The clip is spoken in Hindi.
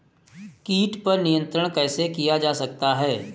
कीट पर नियंत्रण कैसे किया जा सकता है?